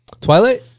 Twilight